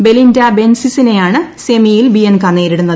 Belinda ബെൻസിസിനെയാണ് സെമിയിൽ Bianca നേരിടുന്നത്